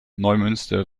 neumünster